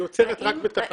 היא עוצרת רק בתחנות.